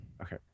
Okay